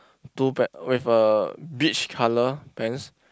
two bread with a beach colour pants